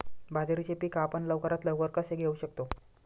बाजरीचे पीक आपण लवकरात लवकर कसे घेऊ शकतो?